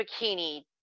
bikini